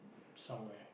somewhere